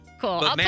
cool